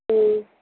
ம்